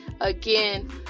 again